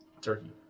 Turkey